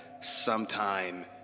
sometime